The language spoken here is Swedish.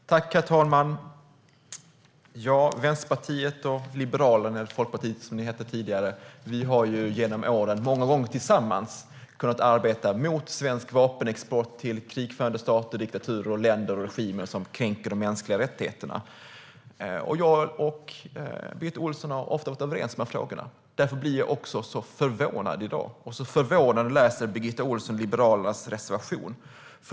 Strategisk export-kontroll 2015 - krigsmateriel och produkter med dubbla användningsområden Herr talman! Vänsterpartiet och Liberalerna, eller Folkpartiet som ni hette tidigare, har genom åren många gånger kunnat arbeta tillsammans mot svensk vapenexport till krigförande stater, diktaturer, länder och regimer som kränker de mänskliga rättigheterna. Jag och Birgitta Ohlsson har ofta varit överens i de frågorna. Därför blir jag förvånad i dag och när jag läste Birgitta Ohlssons och Liberalernas reservation.